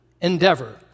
endeavor